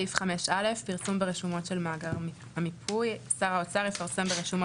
פרסום ברשומות של מאגר המיפוי 5א. שר האוצר יפרסם ברשומות